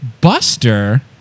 Buster